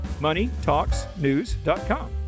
moneytalksnews.com